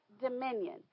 dominion